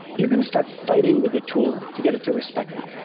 you're going to start fighting with the tool to get it to respect that.